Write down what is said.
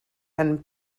and